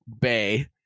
Bay